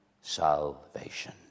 salvation